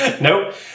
Nope